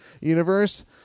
universe